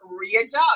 readjust